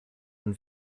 und